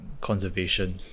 conservation